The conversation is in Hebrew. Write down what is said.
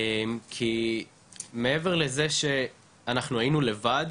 כי מעבר לזה שאנחנו היינו לבד